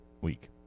week